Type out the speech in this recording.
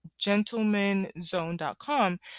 gentlemanzone.com